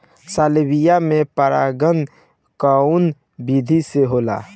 Salvia में परागण कउना विधि से होला?